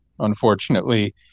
Unfortunately